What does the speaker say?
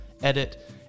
edit